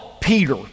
Peter